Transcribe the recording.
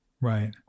Right